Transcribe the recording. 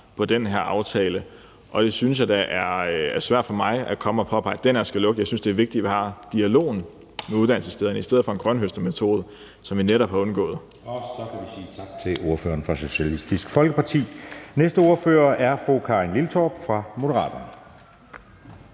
på den her aftale, og jeg synes da, at det er svært for mig at komme og påpege, at den eller den herskal lukke. Jeg synes, at det er vigtigt, at vi har dialogen med uddannelsesstederne i stedet for at bruge en grønthøstermetode, som vi netop har undgået. Kl. 17:33 Anden næstformand (Jeppe Søe): Så kan vi sige tak til ordføreren fra Socialistisk Folkeparti. Næste ordfører er fru Karin Liltorp fra Moderaterne.